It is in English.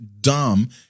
dumb